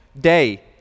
day